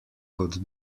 kot